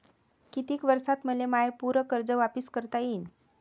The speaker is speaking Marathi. कितीक वर्षात मले माय पूर कर्ज वापिस करता येईन?